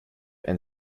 and